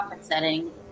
setting